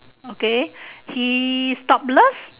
okay he topless